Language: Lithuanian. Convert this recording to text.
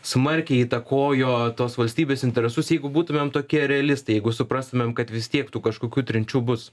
smarkiai įtakojo tos valstybės interesus jeigu būtumėm tokie realistai jeigu suprastumėm kad vis tiek tų kažkokių trinčių bus